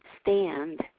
stand